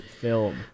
film